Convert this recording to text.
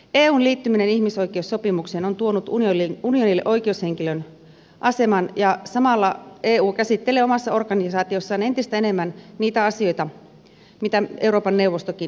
eun liittyminen ihmisoikeussopimukseen on tuonut unionille oikeushenkilön aseman ja samalla eu käsittelee omassa organisaatiossaan entistä enemmän niitä asioita mitä euroopan neuvostokin